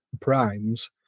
primes